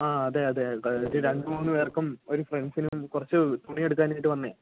ആ അതെ അതെ അതു കഴിഞ്ഞിട്ട് രണ്ട് മൂന്ന് പേർക്കും ഒരു ഫ്രണ്ട്സിനും കുറച്ച് തുണി എടുക്കാനായിട്ട് വന്നതാണ്